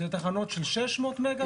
שזה תחנות של 600 מגה.